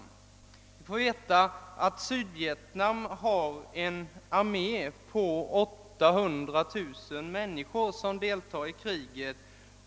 Vidare fick vi veta att Sydvietnam har en armé på 800 000 människor, som deltar i kriget.